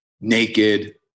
naked